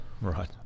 right